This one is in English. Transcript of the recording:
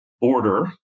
order